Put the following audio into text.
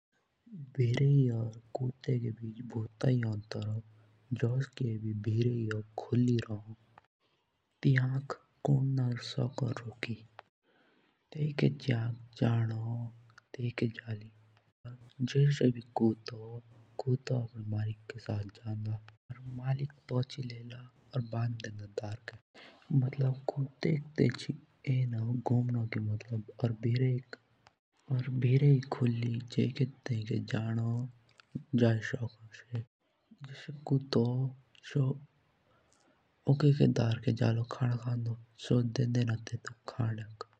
भिरेई औरकट्टे के बीच भूता अंतर होन। जुस भिरेई होन तो भिरेई कुली होन बिलकुल तियाँक कुन ना सकोन रोकी जइके तियाँके जानो होन तइके तियाँकी मर्जी होन। और जुस कुत्ता होन तो डारकी तेसका मालिक कोइके जला तो से आपडे साथ निंदा और जि पुछी लेला तो भाँड देंदा। और जुस भिराई होन सो खुली रोन सो कोइके भी जाई सकोन।